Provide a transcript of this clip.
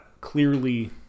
clearly